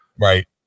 Right